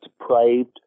depraved